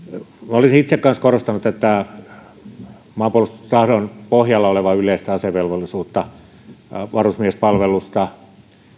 olisin myös itse korostanut tätä maanpuolustustahdon pohjalla olevaa yleistä asevelvollisuutta varusmiespalvelusta